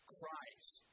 Christ